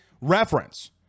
reference